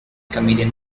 comedian